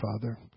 father